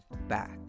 back